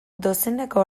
dozenaka